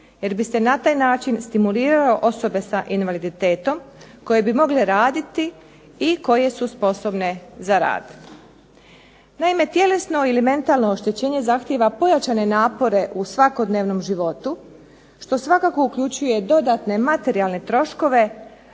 jer bi se na taj način stimuliralo osobe sa invaliditetom koje bi mogle raditi i koje su sposobne za rad. Naime, tjelesno ili mentalno oštećenje zahtijeva pojačane napore u svakodnevnom životu što svakako uključuje dodatne materijalne troškove,